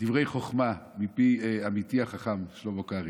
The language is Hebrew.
דברי חוכמה מפי עמיתי החכם שלמה קרעי.